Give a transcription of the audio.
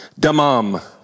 Damam